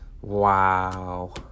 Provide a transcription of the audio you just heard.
wow